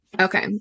Okay